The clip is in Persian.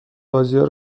بازیا